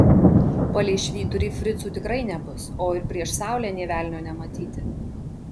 palei švyturį fricų tikrai nebus o ir prieš saulę nė velnio nematyti